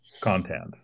content